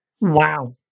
Wow